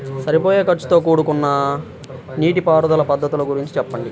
సరిపోయే ఖర్చుతో కూడుకున్న నీటిపారుదల పద్ధతుల గురించి చెప్పండి?